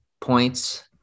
points